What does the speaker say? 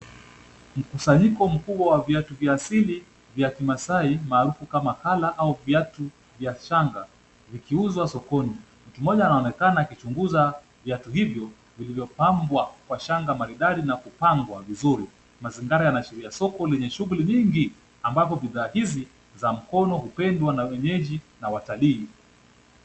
Mkusanyiko mkubwa wa viatu vya asili vya kimasai maarufu kama kala au viatu vya shanga vikiuzwa sokoni. Mtu mmoja anaonekana akichunguza viatu hivyo vilivyopambwa kwa shanga maridadi na kupangwa vizuri. Mazingira yanaonyesha soko lenye shughuli nyingi ambapo bidhaa hizi za mkono hupendwa na wenyeji na watalii.